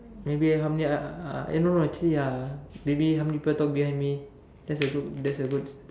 maybe how many I uh eh no no actually ya maybe how many people talk behind me that's a good that's a good